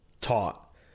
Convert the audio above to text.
taught